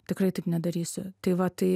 tikrai taip nedarysiu tai va tai